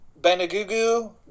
Benagugu